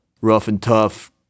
rough-and-tough